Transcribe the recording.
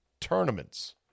tournaments